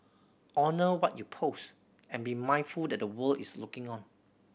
honour what you post and be mindful that the world is looking on